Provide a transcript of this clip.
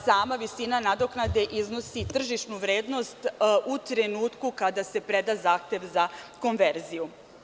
Sama visina nadoknade iznosi tržišnu vrednost u trenutku kada se preda zahtev za konverziju.